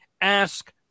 Ask